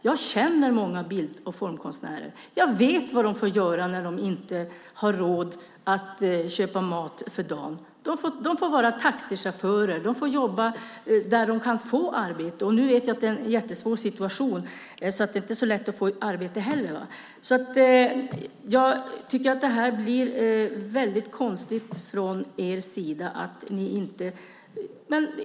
Jag känner många bild och formkonstnärer. Jag vet vad de får göra när de inte har råd att köpa mat för dagen. De får vara taxichaufförer, och de får jobba där de kan få arbete. Nu vet jag att det är en jättesvår situation och inte heller så lätt att få arbete. Jag tycker alltså att det blir väldigt konstigt från er sida.